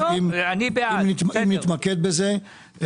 אם נתמקד בזה.